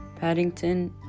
Paddington